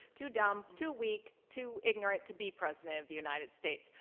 too dumb, too weak, too ignorant to be president of the united states.